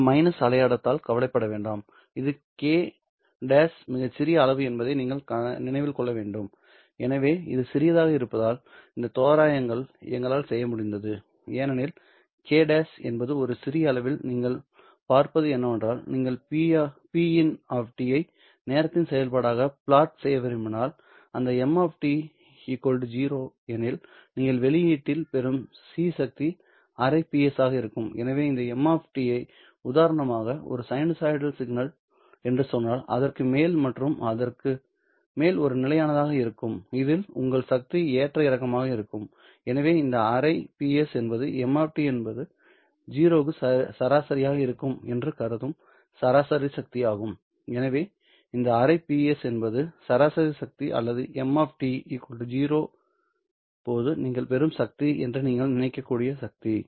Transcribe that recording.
இந்த மைனஸ் அடையாளத்தால் கவலைப்பட வேண்டாம் இந்த kʹ மிகச் சிறிய அளவு என்பதை நீங்கள் நினைவில் கொள்ள வேண்டும் எனவே இது சிறியதாக இருப்பதால் இந்த தோராயங்களை எங்களால் செய்ய முடிந்தது ஏனெனில் kʹ என்பது ஒரு சிறிய அளவில் நீங்கள் பார்ப்பது என்னவென்றால் நீங்கள் p இன் t ஐ நேரத்தின் செயல்பாடாக பிளாட் செய்ய விரும்பினால் அந்த m 0 எனில் நீங்கள் வெளியீட்டில் பெறும் c சக்தி அரை Ps ஆக இருக்கும் எனவே இந்த m உதாரணமாக ஒரு சைனூசாய்டல் சிக்னல் என்று சொன்னால் அதற்கு மேல் மற்றும் அதற்கு மேல் ஒரு நிலையானதாக இருக்கும் இதில் உங்கள் சக்தி ஏற்ற இறக்கமாக இருக்கும்எனவே இந்த அரை PS என்பது m என்பது 0 க்கு சராசரியாக இருக்கும் என்று கருதும் சராசரி சக்தியாகும் எனவே இந்த அரை PS என்பது சராசரி சக்தி அல்லது m 0 போது நீங்கள் பெறும் சக்தி என்று நீங்கள் நினைக்கக்கூடிய சக்தி